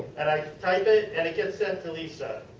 and i type it and it gets sent to lisa.